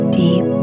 deep